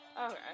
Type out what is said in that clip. Okay